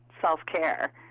self-care